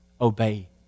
obey